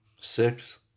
Six